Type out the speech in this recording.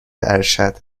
ارشد